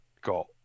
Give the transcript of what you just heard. got